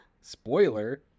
Spoiler